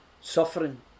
suffering